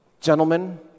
gentlemen